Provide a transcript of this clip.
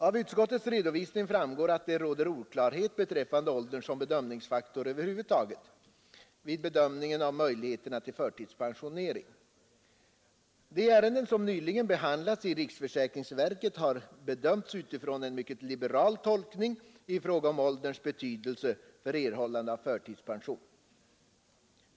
Av utskottets redovisning framgår att det råder oklarhet beträffande åldern som bedömningsfaktor vid bedömningen av möjligheterna till förtidspension. De ärenden som nyligen behandlats i riksförsäkringsverket har bedömts utifrån en liberal tolkning i fråga om ålderns betydelse för erhållandet av förtidspension.